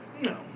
No